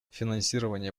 финансирование